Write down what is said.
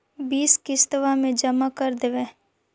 बिस किस्तवा मे जमा कर देवै?